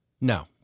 No